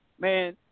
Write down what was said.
Man